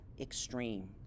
extreme